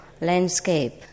landscape